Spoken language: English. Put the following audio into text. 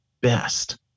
best